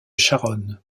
charonne